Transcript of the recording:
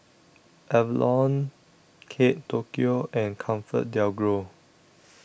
Avalon Kate Tokyo and ComfortDelGro